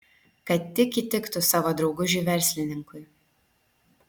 kad tik įtiktų savo draugužiui verslininkui